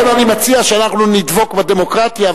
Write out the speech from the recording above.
לכן אני מציע שאנחנו נדבק בדמוקרטיה,